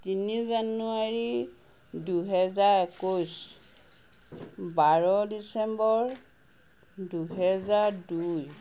তিনি জানুৱাৰী দুহেজাৰ একৈছ বাৰ ডিচেম্বৰ দুহেজাৰ দুই